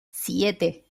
siete